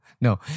no